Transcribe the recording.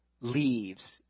Leaves